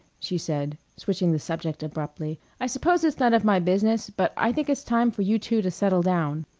she said, switching the subject abruptly. i suppose it's none of my business, but i think it's time for you two to settle down.